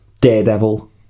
Daredevil